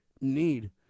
need